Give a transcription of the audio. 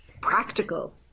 practical